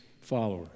follower